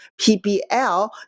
PBL